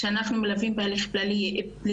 שאנחנו מלווות בהליך פלילי,